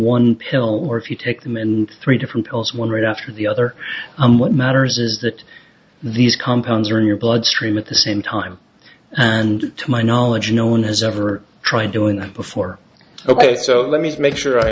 one pill or if you take them in three different pills one right after the other and what matters is that these compounds are in your bloodstream at the same time and to my knowledge no one has ever tried doing that before ok so let me make sure i